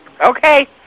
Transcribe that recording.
okay